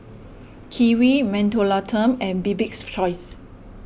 Kiwi Mentholatum and Bibik's Choice